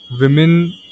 women